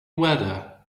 weather